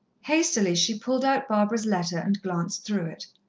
hastily she pulled out barbara's letter and glanced through it.